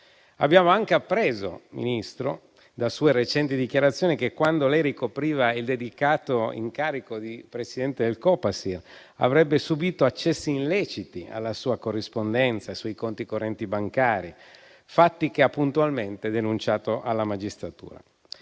Abbiamo anche appreso, signor Ministro, da sue recenti dichiarazioni, che quando lei ricopriva il dedicato incarico di Presidente del Copasir avrebbe subito accessi illeciti alla sua corrispondenza e sui conti correnti bancari, fatti che ha puntualmente denunciato alla magistratura.